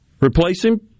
replacing